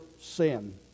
sin